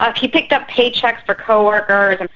um he picked up paycheques for co-workers, and